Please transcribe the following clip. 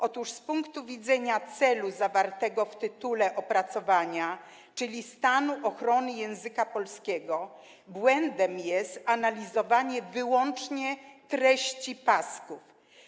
Otóż z punktu widzenia celu zawartego w tytule opracowania, czyli ochrony stanu języka polskiego, błędem jest analizowanie wyłącznie treści pasków.